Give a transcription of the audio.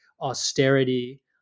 austerity